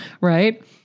right